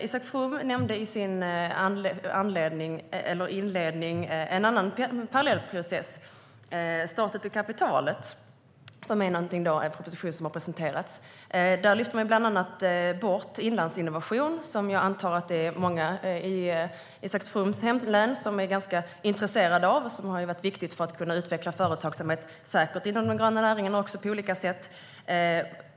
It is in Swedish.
Isak From nämnde i sin inledning en annan parallell process, Staten och kapitalet , som är en proposition som har presenterats. Där lyfter man bort bland annat Inlandsinnovation, som jag antar att många i Isak Froms hemlän är intresserade av. Inlandsinnovation har varit viktig för att kunna utveckla företagsamhet, säkert också inom de gröna näringarna.